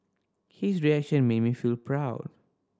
his reaction made me feel proud